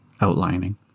outlining